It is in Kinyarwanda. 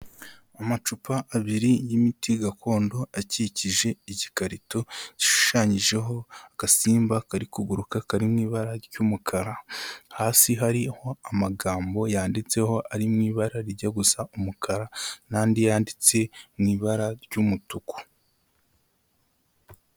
Amacupa abiri y'imiti gakondo akikije igikarito gishushanyijeho agasimba kari kuguruka kari mu ibara ry'umukara hasi hari amagambo yanditseho ari mu ibara rijya gusa umukara n'andi yanditse mu ibara ry'umutuku.